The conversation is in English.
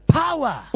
power